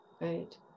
Right